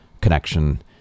connection